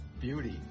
beauty